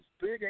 Big